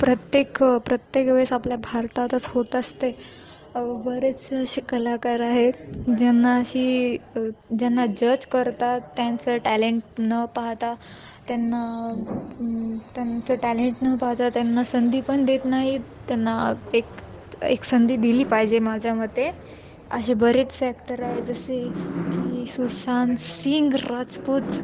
प्रत्येक प्रत्येक वेळेस आपल्या भारतातच होत असते बरेच असे कलाकार आहेत ज्यांना अशी ज्यांना जज करतात त्यांचं टॅलेंट न पाहता त्यांना त्यांचं टॅलेंट न पाहता त्यांना संधी पण देत नाहीत त्यांना एक एक संधी दिली पाहिजे माझ्या मते असे बरेच ॲक्टर आहेत जसे की सुशांतसिंग राजपूत